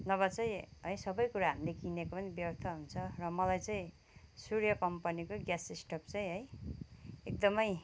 नभए चाहिँ है सबै कुरा हामीले किनेको पनि व्यर्थ हुन्छ र मलाई चाहिँ सूर्य कम्पनीको ग्यास स्टोभ चाहिँ है एकदमै